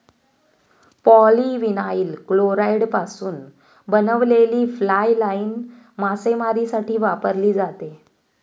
polyvinyl क्लोराईडपासून बनवलेली fly line मासेमारीसाठी वापरली जाते